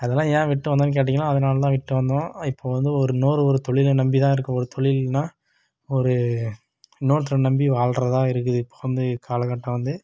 அதல்லாம் ஏன் விட்டு வந்தேன் கேட்டீங்கன்னா அதனால தான் விட்டு வந்தோம் இப்போ வந்து ஒரு இன்னொரு ஒரு தொழிலை நம்பி தான் இருக்கோம் ஒரு தொழில்னால் ஒரு இன்னொருத்தரை நம்பி வாழ்கிறதா இருக்குது இப்போ வந்து காலகட்டம் வந்து